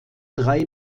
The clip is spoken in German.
drei